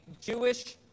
Jewish